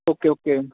okay okay